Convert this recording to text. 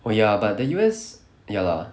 oh ya but the U_S ya lah